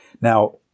Now